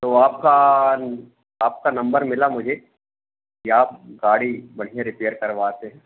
तो आपका आपका नंबर मिला मुझे कि आप गाड़ी बढ़िया रिपेयर करवाते हैं